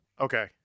Okay